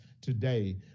today